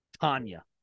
Tanya